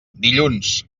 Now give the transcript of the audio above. dilluns